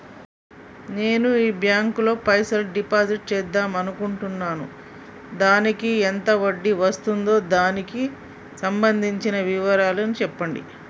నేను ఈ బ్యాంకులో పైసలు డిసైడ్ చేద్దాం అనుకుంటున్నాను దానికి ఎంత వడ్డీ వస్తుంది దానికి సంబంధించిన వివరాలు చెప్పండి?